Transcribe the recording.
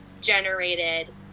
generated